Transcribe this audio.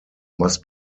must